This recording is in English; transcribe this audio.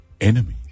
enemies